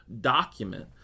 document